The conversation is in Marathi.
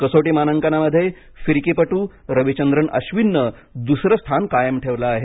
कसोटी मानांकनामध्ये फिरकीपट्र रविचंद्रन आश्विननं द्रसरं स्थान कायम ठेवलं आहे